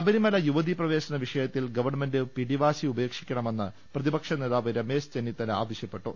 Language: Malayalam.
ശബരിമല യുവതി പ്രവേശന വിഷയത്തിൽ ഗവൺമെന്റ് പിടിവാശി ഉപേക്ഷിക്കണമെന്ന് പ്രതിപക്ഷനേതാവ് രമേശ് ചെന്നി ത്തല ആവശ്യപ്പെട്ടു